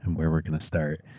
and where we're going to start,